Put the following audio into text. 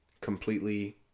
completely